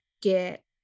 get